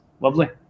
lovely